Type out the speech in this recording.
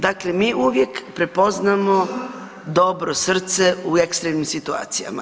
Dakle, mi uvijek prepoznamo dobro srce u ekstremnim situacijama.